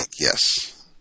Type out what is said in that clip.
yes